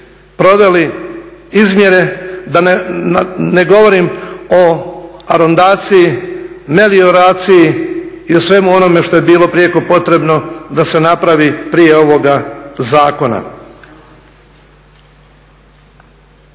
proveli izmjene, da ne govorim o arondaciji, … i o svemu onome što je bilo prijeko potrebno da se napravi prije ovoga zakona.